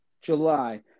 July